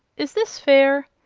is this fair?